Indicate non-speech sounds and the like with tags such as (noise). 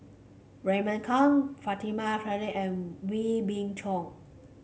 Raymond Kang Fatimah (unintelligible) and Wee Beng Chong